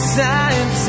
time